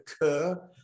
occur